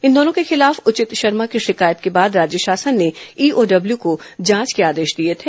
इन दोनों के खिलाफ उचित शर्मा की शिकायत के बाद राज्य शासन ने ईओडब्ल्यू को जांच के आदेश दिए थे